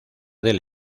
del